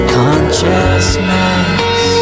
consciousness